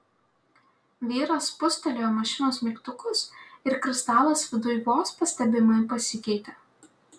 vyras spustelėjo mašinos mygtukus ir kristalas viduj vos pastebimai pasikeitė